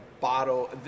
bottle